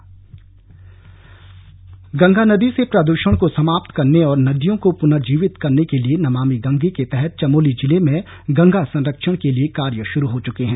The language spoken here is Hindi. गंगा संरक्षण गंगा नदी से प्रदूषण को समाप्त करने और नदियों को पुर्नजीवित करने के लिए नमामि गंगे के तहत चमोली जिले में गंगा संरक्षण के लिए कार्य शुरू हो चुके हैं